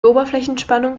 oberflächenspannung